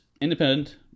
independent